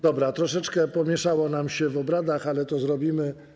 Dobra, troszeczkę pomieszało nam się w obradach, ale to zrobimy.